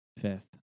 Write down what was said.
Fifth